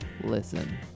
Listen